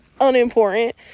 unimportant